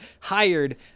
hired